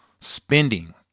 spending